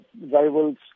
rivals